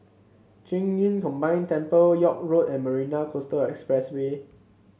Qing Yun Combine Temple York Road and Marina Coastal Expressway